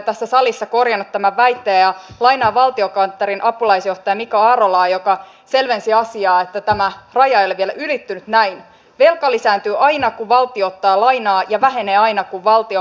kun hallitusohjelman mukaisesti on tarkoitus tässä vaikeimmin työllistyvien asiassa kokeilla sitä vaihtoehtoa että työssäkäyntialueittain niitä kunnissa hoidettaisiin niin missä vaiheessa tämä on ja miten kokeilu on lähtemässä liikkeelle